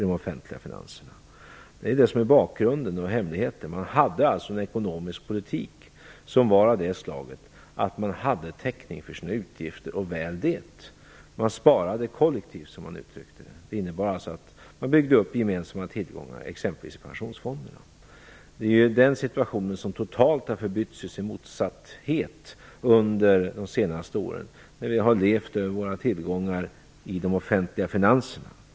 Det är det som är bakgrunden och hemligheten. Man förde alltså en ekonomisk politik som var av det slaget att man gott och väl hade täckning för sina utgifter. Man sparade kollektivt, som man uttryckte det. Det innebar att man byggde upp gemensamma tillgångar, exempelvis pensionsfonderna. Den situationen har totalt förbytts i sin motsats under de senaste åren, då vi har levt över våra tillgångar i de offentliga finanserna.